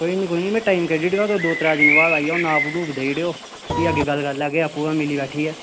कोई नी कोई नी मैं टाइम कड्ढी उड़गा तुस दो त्रै दिनें बाद आई जाओ मैं नाप नूप देई उड़ेओ फ्ही अग्गै गल्ल करी लैगे आपूं गै मिली बैठिए